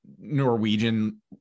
Norwegian